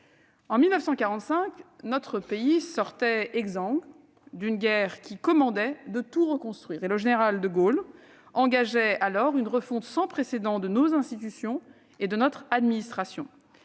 En 1945, notre pays sortait exsangue d'une guerre qui commandait de tout reconstruire. Le général de Gaulle engageait alors une refonte sans précédent de nos institutions et de notre administration.